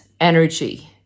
energy